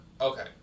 okay